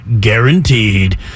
guaranteed